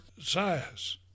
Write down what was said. size